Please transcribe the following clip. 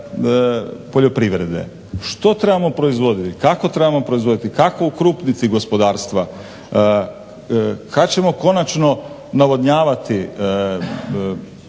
poljoprivrede. Što trebamo proizvoditi, kako trebamo proizvoditi, kako ukrupniti gospodarstva, kad ćemo konačno navodnjavati?